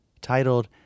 titled